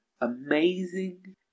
amazing